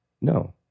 No